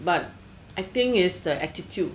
but I think it's the attitude